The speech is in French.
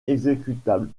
exécutable